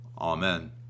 Amen